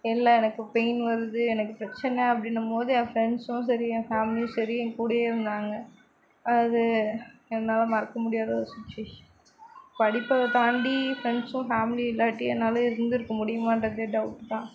இல்லை எனக்கு பெயின் வருது எனக்கு பிரச்சனை அப்படினும் போது என் ஃபிரண்ட்ஸும் சரி ஏன் ஃபேமிலியும் சரி ஏன் கூடவேருந்தாங்க அது என்னால் மறக்கமுடியாத சிச்சுவேஷன் படிப்பை தாண்டி ஃபிரண்ட்ஸும் ஃபேமிலியும் இல்லாட்டி என்னால் இருந்துருக்கமுடியுமான்றதே டவுட்தான்